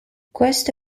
questo